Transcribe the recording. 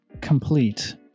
complete